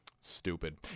stupid